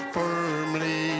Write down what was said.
firmly